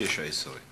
שש-עשרה.